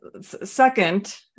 Second